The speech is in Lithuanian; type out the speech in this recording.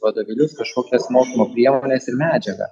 vadovėlius kažkokias mokslo priemones ir medžiagą